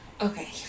Okay